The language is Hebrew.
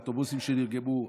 האוטובוסים שנרגמו,